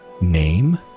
name